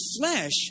flesh